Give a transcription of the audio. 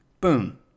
Boom